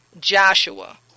Joshua